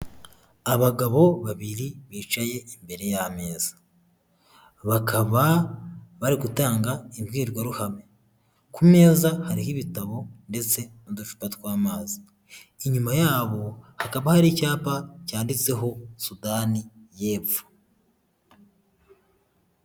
Abagabo babiri bicaye imbere y'ameza, bakaba bari gutanga imbwirwaruhame ku meza hariho ibitabo ndetse n'uducupa tw'amazi, inyuma yabo hakaba hari icyapa cyanditseho Sudani y'epfo.